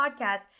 podcast